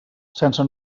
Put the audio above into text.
sense